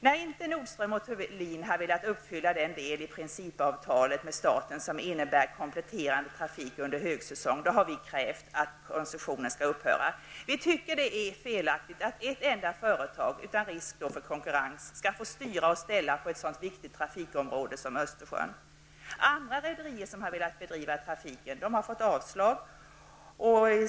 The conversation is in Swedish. När inte Nordström & Thulin velat uppfylla den del av principavtalet med staten som innebär kompletterande trafik under högsäsong har vi krävt att koncessionen skall upphöra. Vi tycker att det är felaktigt att ett enda företag, utan risk för konkurrens, skall få styra och ställa på ett så viktigt trafikområde som Östersjön. Andra rederier som velat bedriva trafiken har fått avslag.